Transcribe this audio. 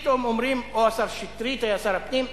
או השר שטרית היה שר הפנים,